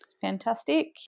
fantastic